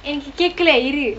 எனக்கு கேட்கல இரு:enakku ketkala iru